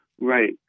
Right